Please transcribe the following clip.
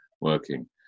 working